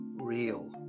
real